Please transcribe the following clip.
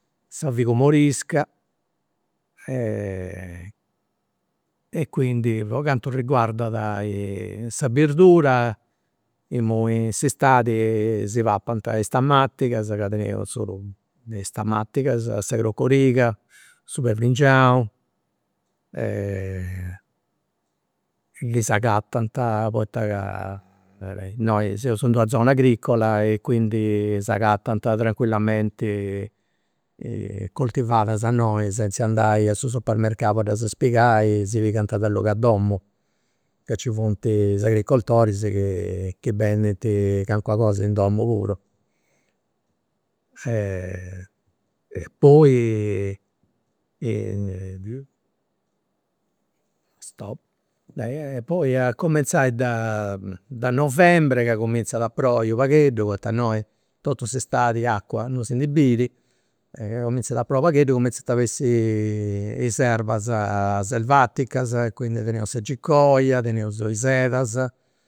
Sa figumorisca e e quindi po cantu riguadat sa birdura, imui in s'istadi si papant is tamatigas ca teneus ne is tamatigas, sa crocoriga, su perdingianu, si nd'agatant poita ca innoi seus in d'una zona agricola e quindi s'agatant tranquillamenti coltivadas innoi senz'e andai a su supermercau a ddas pigai, si pigant da logu 'e domu e nci funt is agricoltoris chi bendint calincuna cosa in domu puru. poi poi a cumenzai de novembre chi cuminzat a proi u' pagheddu, poita innoi totu s'istadi acua non si ndi biri, e chi cumimzat a proi u' pagheddu cuminzant a bessiri is erbas selvaticas, quindi teneus sa gicoria, teneus is edas